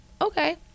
okay